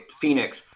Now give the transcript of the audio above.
Phoenix